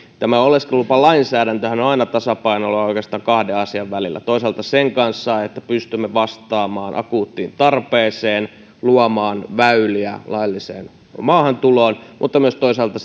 oleskelulupalainsäädäntöhän on on aina tasapainoilua oikeastaan kahden asian välillä toisaalta sen kanssa että pystymme vastaamaan akuuttiin tarpeeseen luomaan väyliä lailliseen maahantuloon mutta toisaalta